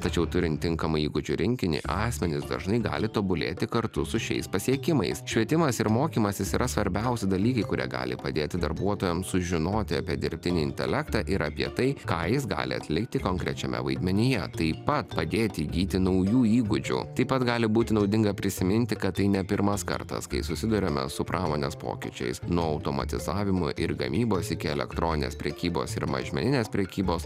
tačiau turint tinkamą įgūdžių rinkinį asmenys dažnai gali tobulėti kartu su šiais pasiekimais švietimas ir mokymasis yra svarbiausi dalykai kurie gali padėti darbuotojams sužinoti apie dirbtinį intelektą ir apie tai ką jis gali atlikti konkrečiame vaidmenyje taip pat padėti įgyti naujų įgūdžių taip pat gali būti naudinga prisiminti kad tai ne pirmas kartas kai susiduriame su pramonės pokyčiais nuo automatizavimo ir gamybos iki elektroninės prekybos ir mažmeninės prekybos